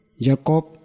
Jacob